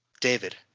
David